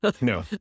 No